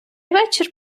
вечір